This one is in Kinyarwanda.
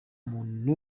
muntu